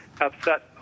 upset